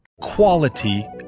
Quality